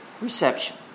reception